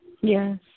Yes